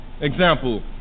Example